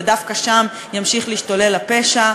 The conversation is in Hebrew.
ודווקא שם ימשיך להשתולל הפשע.